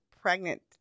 pregnant